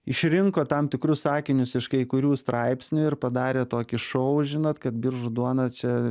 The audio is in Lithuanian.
išrinko tam tikrus sakinius iš kai kurių straipsnių ir padarė tokį šou žinot kad biržų duona čia